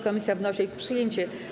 Komisja wnosi o ich przyjęcie.